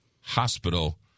hospital